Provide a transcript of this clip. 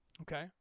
okay